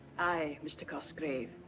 aye mr. cosgrave,